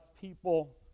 people